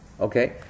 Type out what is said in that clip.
Okay